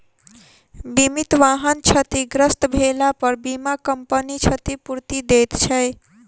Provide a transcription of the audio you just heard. बीमित वाहन क्षतिग्रस्त भेलापर बीमा कम्पनी क्षतिपूर्ति दैत छै